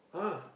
!huh!